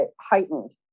heightened